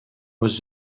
was